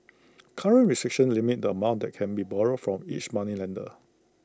current restrictions limit the amount that can be borrowed from each moneylender